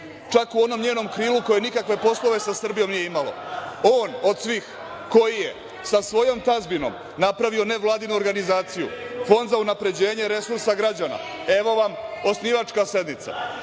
čak u onom njenom krilu koje nikakve poslove sa Srbijom nije imalo. On od svih koji je od svih sa svojom tazbinom napravio nevladinu organizaciju, fond za unapređenje resursa građana, evo vam osnivačka sednica.